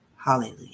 Hallelujah